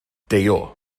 deio